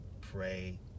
pray